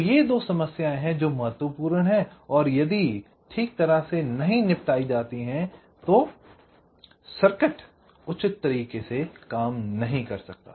ये दो समस्याएं हैं जो महत्वपूर्ण हैं और यदि ठीक से नहीं निपटाई जाती हैं या ठीक से काम नहीं किया जाता है तो सर्किट उचित तरीके से काम नहीं कर सकता है